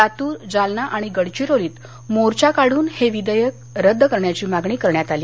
लातूर जालना आणि गडचिरोलीत मोर्चा काढून हे विधेयक रद्द करण्याची मागणी करण्यात आली